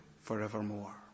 forevermore